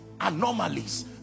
anomalies